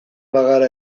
bagara